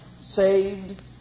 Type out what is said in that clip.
saved